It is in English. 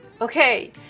Okay